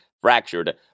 fractured